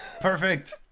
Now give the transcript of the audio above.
perfect